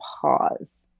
pause